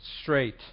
straight